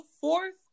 fourth